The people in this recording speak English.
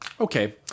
okay